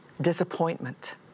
disappointment